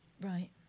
Right